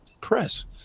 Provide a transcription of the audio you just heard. press